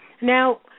Now